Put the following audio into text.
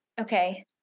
Okay